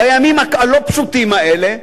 בימים הלא-פשוטים האלה,